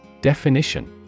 Definition